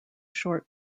short